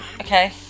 okay